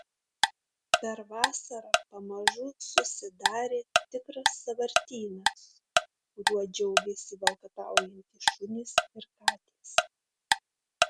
per vasarą pamažu susidarė tikras sąvartynas kuriuo džiaugėsi valkataujantys šunys ir katės